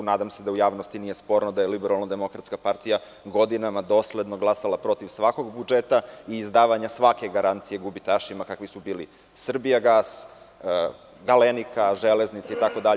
Nadam se da u javnosti nije sporno da je LDP godinama dosledno glasala protiv svakog budžeta i izdavanja svake garancije gubitašima, kakvi su bili „Srbijagas“, „Galenika“, „Železnice“, itd.